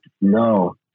No